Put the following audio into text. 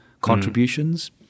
contributions